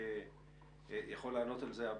יכול לענות על השאלה שלי,